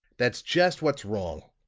that's just what's wrong!